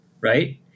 right